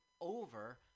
over